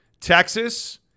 Texas